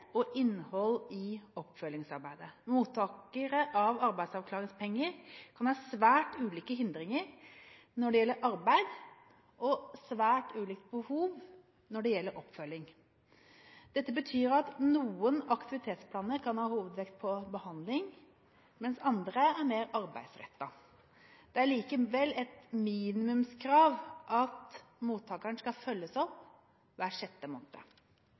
og innhold i oppfølgingsarbeidet. Mottakere av arbeidsavklaringspenger kan ha svært ulike hindringer når det gjelder arbeid, og svært ulike behov når det gjelder oppfølging. Dette betyr at noen aktivitetsplaner kan ha hovedvekt på behandling, mens andre er mer arbeidsrettet. Det er likevel et minimumskrav at mottakerne skal følges opp hver sjette